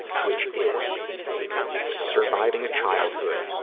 which is surviving a childhood